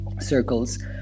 circles